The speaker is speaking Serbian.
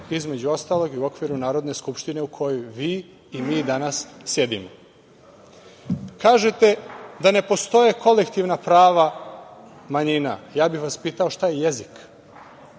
između ostalog i u okviru Narodne skupštine u kojoj vi i mi danas sedimo. Kažete da ne postoje kolektivna prava manjina. Ja bih vas pitao šta je jezik?